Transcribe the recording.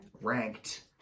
ranked